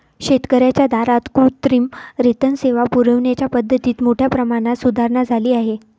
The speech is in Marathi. शेतकर्यांच्या दारात कृत्रिम रेतन सेवा पुरविण्याच्या पद्धतीत मोठ्या प्रमाणात सुधारणा झाली आहे